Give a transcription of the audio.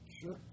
Sure